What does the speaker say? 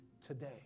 today